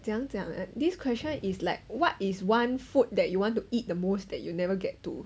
怎样讲 this question is like what is one food that you want to eat the most that you'll never get to